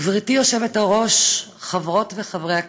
גברתי היושבת-ראש, חברות וחברי הכנסת,